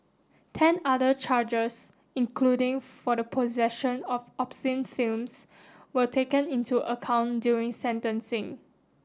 ten other charges including for the possession of obscene films were taken into account during sentencing